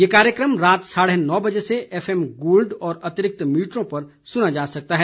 यह कार्यक्रम रात साढे नौ बजे से एफएम गोल्ड और अतिरिक्त मीटरों पर सुना जा सकता है